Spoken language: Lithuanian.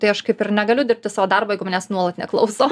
tai aš kaip ir negaliu dirbti savo darbą jeigu manęs nuolat neklausau